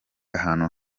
ahantu